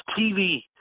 TV